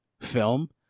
film